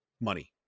Money